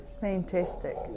Fantastic